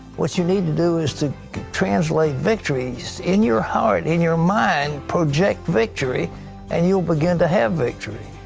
what you need to do is to translate victory so in your heart and in your mind. project victory and you'll begin to have victory.